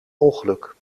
ongeluk